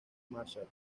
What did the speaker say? marshall